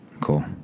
cool